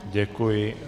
Děkuji.